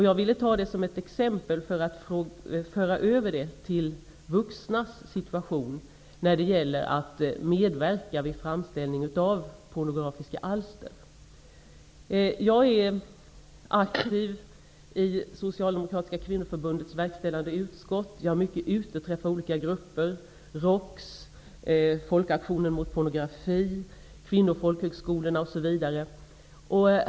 Jag ville ta det som ett exempel och föra över resonemanget till vuxnas situation när det gäller att medverka vid framställningen av pornografiska alster. Jag är aktiv i Socialdemokratiska kvinnoförbundets verkställande utskott. Jag är ute och träffar olika grupper -- ROKS, Folkaktionen mot pornografi, Kvinnofolket, skolorna, osv.